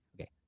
okay